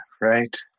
right